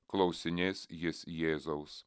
klausinės jis jėzaus